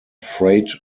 freight